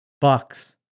Bucks